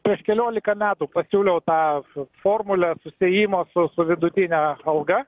prieš keliolika metų pasiūliau tą formulę susiejimo su vidutine alga